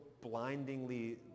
blindingly